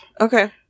Okay